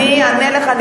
אדוני היושב-ראש,